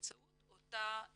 באמצעות אותה הזדהות,